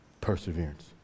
perseverance